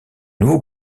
nouveau